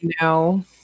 No